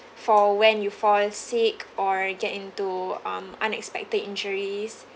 for when you fall sick or get into um unexpected injuries